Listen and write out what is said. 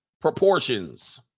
proportions